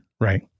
right